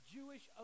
Jewish